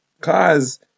cause